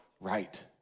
right